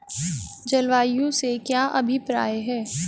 जलवायु से क्या अभिप्राय है?